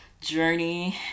journey